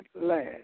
last